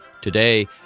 Today